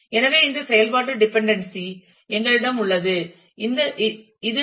எனவே இந்த செயல்பாட்டு டிப்பன்டென்சே எங்களிடம் உள்ளது இது ஐ